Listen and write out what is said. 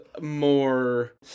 more